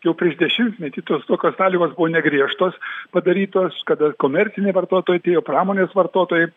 jau prieš dešimtmetį tos tokios sąlygos buvo negriežtos padarytos kada komerciniai vartotojai atėjo pramonės vartotojai